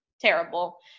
Terrible